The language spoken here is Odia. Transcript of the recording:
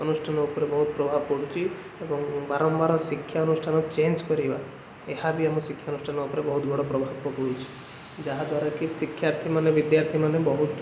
ଅନୁଷ୍ଠାନ ଉପରେ ବହୁତ ପ୍ରଭାବ ପଡ଼ୁଚି ଏବଂ ବାରମ୍ବାର ଶିକ୍ଷାଅନୁଷ୍ଠାନ ଚେଞ୍ଜ କରିବା ଏହା ବି ଆମ ଶିକ୍ଷାଅନୁଷ୍ଠାନ ଉପରେ ବହୁତ ବଡ଼ ପ୍ରଭାବ ପକଉଚି ଯାହାଦ୍ବାରା କି ଶିକ୍ଷାର୍ଥୀମାନେ ବିଦ୍ୟାର୍ଥୀମାନେ ବହୁତ